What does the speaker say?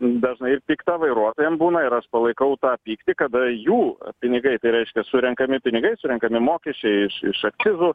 dažnai ir pikta vairuotojam būna ir aš palaikau tą pyktį kada jų pinigai tai reiškia surenkami pinigai surenkami mokesčiai iš akcizų